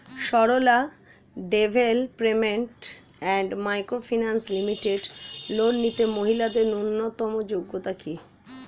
Sarala development and micro finance limited loan নিতে মহিলাদের ন্যূনতম যোগ্যতা কী?